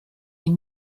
den